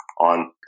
on